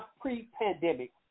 pre-pandemic